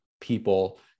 people